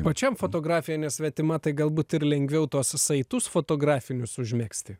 pačiam fotografija nesvetima tai galbūt ir lengviau tuos saitus fotografinius užmegzti